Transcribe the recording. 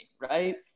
right